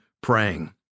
praying